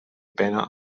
pena